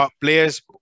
players